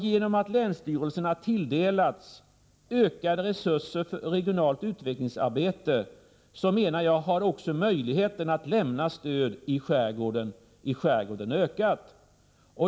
Genom att länsstyrelserna tilldelats ökade resurser för regionalt utvecklingsarbete menar jag att också möjligheten att lämna stöd i skärgården har ökat.